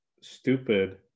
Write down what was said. stupid